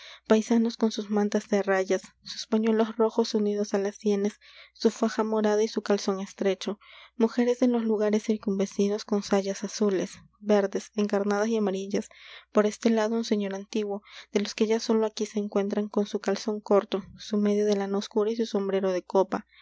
paisanos con sus mantas de rayas sus pañuelos rojos unidos á las sienes su faja morada y su calzón estrecho mujeres de los lugares circunvecinos con sayas azules verdes encarnadas y amarillas por este lado un señor antiguo de los que ya sólo aquí se encuentran con su calzón corto su media de lana oscura y su sombrero de copa